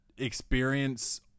experience